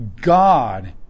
God